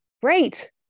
great